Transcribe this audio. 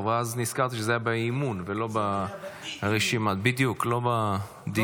ואז נזכרתי שזה היה באי-אמון ולא בדיון האישי.